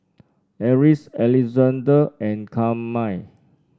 Eris Alexande and Carmine